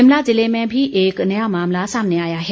शिमला जिले में भी एक नया मामला सामने आया है